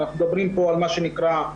אנחנו מדברים על מה שנקרא,